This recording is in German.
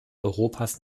europas